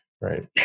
Right